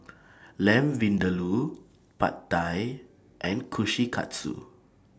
Lamb Vindaloo Pad Thai and Kushikatsu